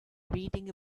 reading